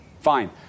Fine